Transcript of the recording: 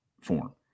form